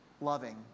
loving